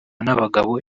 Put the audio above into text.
n’abagabo